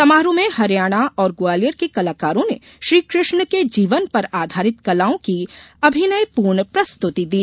समारोह में हरियाणा और ग्वालियर के कलाकारों ने श्रीकृष्ण के जीवन पर आधारित कलाओं के अभिनयपूर्ण प्रस्तुति दी